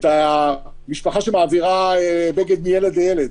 את המשפחה שמעבירה בגד מילד לילד.